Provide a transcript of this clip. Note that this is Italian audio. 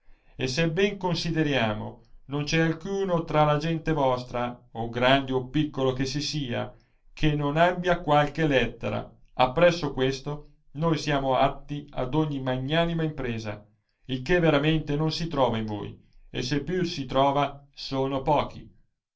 e se ben consideriamo non e è alcuno tra la gente nostra o grande o piccolo he si sia che non abbia qualche lettera appresso questo noi siamo atti ad ogni magnanima impresa il che veramente non si trova in voi e se pur si trova sono pochi